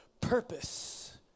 purpose